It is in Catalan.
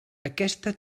aquesta